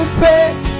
praise